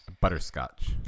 Butterscotch